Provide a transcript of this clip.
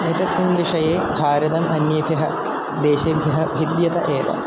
एतस्मिन् विषये भारतम् अन्येभ्यः देशेभ्यः भिद्यत एव